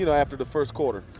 you know after the first quarter.